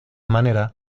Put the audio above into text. manera